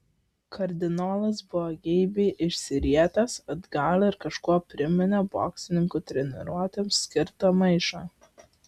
kardinolas buvo geibiai išsirietęs atgal ir kažkuo priminė boksininkų treniruotėms skirtą maišą